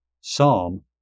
Psalm